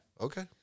Okay